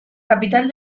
capital